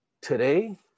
today